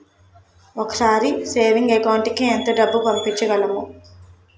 ఒకేసారి savings account కి ఎంత డబ్బు పంపించగలము?